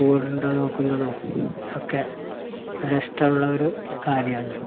പുവുണ്ടോയെന്നു നോക്കുന്നതും ഒക്കെ നല്ലിഷ്ടമുള്ളൊരു കാര്യമാണ്